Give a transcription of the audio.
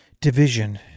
division